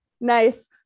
nice